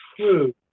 true